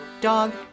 dog